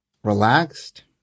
Relaxed